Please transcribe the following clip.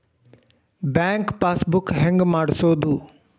Bank passbook ಹೆಂಗ್ ಮಾಡ್ಸೋದು?